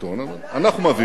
אבל אנחנו מביאים אותן.